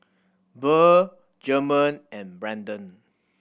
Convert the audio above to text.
Burr German and Branden